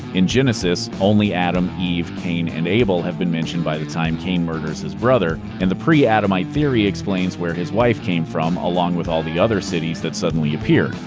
in genesis, only adam, eve, cain, and abel have been mentioned by the time cain murders his brother, and the pre-adamite theory explains where his wife came from, along with all the other cities that suddenly appeared.